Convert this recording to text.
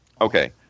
Okay